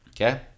Okay